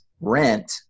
rent